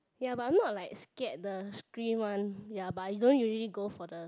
ya but I'm not like scared the scream one ya but I don't usually go for the